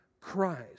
Christ